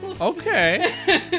Okay